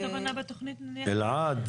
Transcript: אלעד,